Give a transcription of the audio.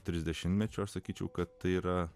trisdešimtmečio aš sakyčiau kad tai yra